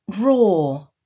raw